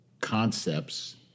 concepts